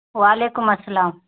وعلیکم السلام